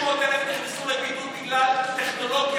600,000 נכנסו לבידוד בגלל טכנולוגיה,